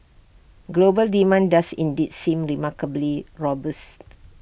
global demand does indeed seem remarkably robust